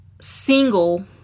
single